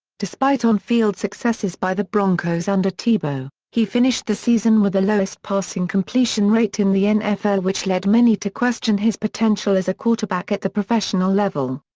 despite on-field successes by the broncos under tebow, he finished the season with the lowest passing completion rate in the nfl which led many to question his potential as a quarterback at the professional level.